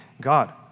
God